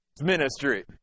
ministry